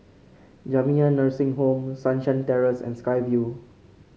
Jamiyah Nursing Home Sunshine Terrace and Sky Vue